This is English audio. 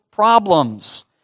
Problems